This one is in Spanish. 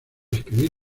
escribir